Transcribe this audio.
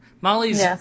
Molly's